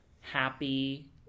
happy